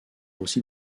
aussi